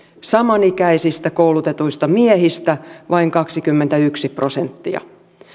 samanikäisistä koulutetuista miehistä vain kaksikymmentäyksi prosenttia